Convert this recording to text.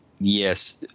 Yes